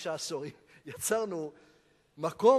חמישה עשורים יצרנו מקום,